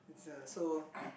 is a so